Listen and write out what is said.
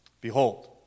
Behold